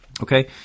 Okay